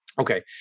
Okay